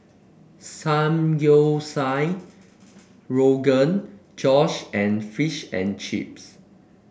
Samgyeopsal Rogan Josh and Fish and Chips